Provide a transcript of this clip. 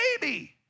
baby